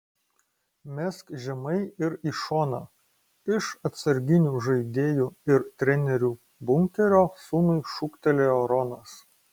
mesk žemai ir į šoną iš atsarginių žaidėjų ir trenerių bunkerio sūnui šūktelėjo ronas